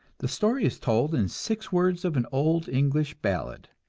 the story is told in six words of an old english ballad